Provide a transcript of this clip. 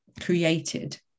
created